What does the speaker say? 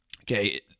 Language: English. okay